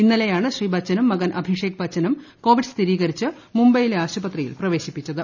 ഇന്നലെയാണ് ശ്രീ ബച്ചനും മകൻ അഭിഷേക് ബച്ചനും കോവിഡ് സ്ഥിരീകരിച്ച് മുംബൈയിലെ ആശുപത്രിയിൽ പ്രവേശിപ്പിച്ചത്